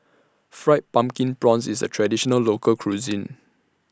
Fried Pumpkin Prawns IS A Traditional Local Cuisine